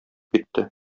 китте